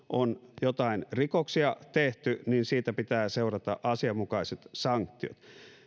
on jotain rikoksia tehty niin siitä pitää seurata asianmukaiset sanktiot